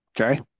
Okay